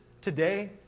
today